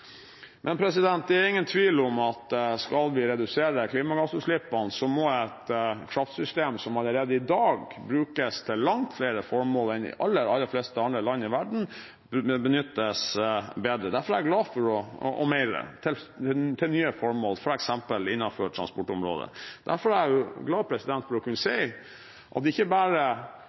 Men det er ingen tvil om at skal vi redusere klimagassutslippene, må et kraftsystem som allerede i dag brukes til langt flere formål enn man bruker kraftsystemet til i de aller, aller fleste andre land i verden, benyttes bedre og mer – til nye formål, f.eks. innenfor transportområdet. Derfor er jeg glad for å kunne si at ikke bare